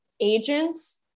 agents